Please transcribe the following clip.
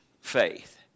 faith